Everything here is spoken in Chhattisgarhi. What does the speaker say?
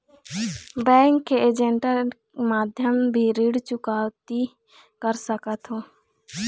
बैंक के ऐजेंट माध्यम भी ऋण चुकौती कर सकथों?